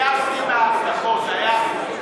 עייפתי מההבטחות, עייפתי.